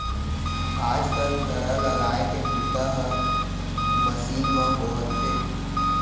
आज कल थरहा लगाए के बूता ह मसीन म होवथे